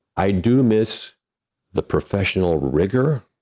i do miss the professional rigor